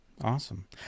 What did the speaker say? Awesome